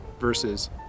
versus